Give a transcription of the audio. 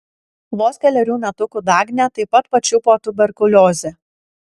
vos kelerių metukų dagnę taip pat pačiupo tuberkuliozė